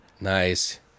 Nice